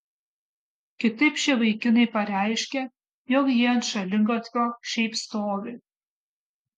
kitaip šie vaikinai pareiškia jog jie ant šaligatvio šiaip stovi